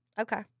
Okay